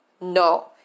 No